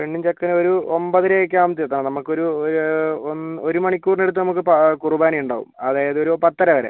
പെണ്ണും ചെക്കനും ഒരു ഒൻപതര ഒക്കെ ആകുമ്പോഴ്ത്തേക്കും എത്താം നമുക്കൊരു ഒരു ഒൻ ഒരു മണിക്കൂറിനടുത്ത് നമുക്ക് പാ കുർബാനയിണ്ടാവും അതായത് ഒരു പത്തര വരെ